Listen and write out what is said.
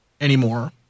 anymore